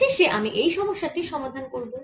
শেষে আমি এই সমস্যা টির সমাধান করব